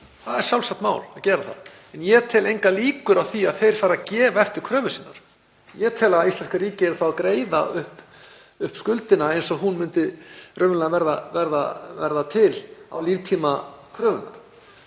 Það er sjálfsagt mál að gera það en ég tel engar líkur á því að þeir fari að gefa eftir kröfur sínar. Ég tel að íslenska ríkið yrði þá að greiða upp skuldina eins og hún myndi raunverulega verða til á líftíma kröfunnar.